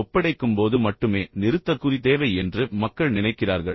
ஒப்படைக்கும்போது மட்டுமே நிறுத்தற்குறி தேவை என்று மக்கள் நினைக்கிறார்கள்